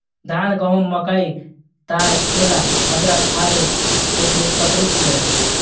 धान, गहूम, मकई, ताड़, केला, अदरक, आदि एकबीजपत्री छियै